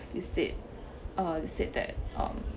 instead uh said that um